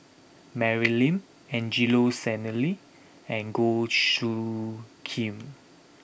Mary Lim Angelo Sanelli and Goh Soo Khim